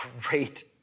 great